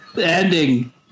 ending